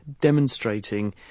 demonstrating